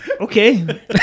Okay